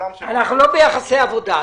אנחנו לא ביחסי עבודה.